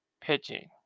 pitching